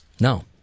No